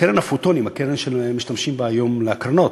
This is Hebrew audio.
הפוטונים, הקרן שמשתמשים בה היום להקרנות,